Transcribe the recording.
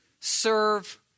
serve